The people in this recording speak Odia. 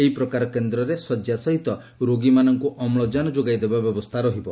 ଏହି ପ୍ରକାର କେନ୍ଦ୍ରରେ ଶଯ୍ୟା ସହିତ ରୋଗୀମାନଙ୍କୁ ଅମ୍ଳକାନ ଯୋଗାଇଦେବା ବ୍ୟବସ୍ଥା ରହିବ